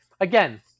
again